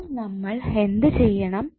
അപ്പോൾ നമ്മൾ എന്ത് ചെയ്യണം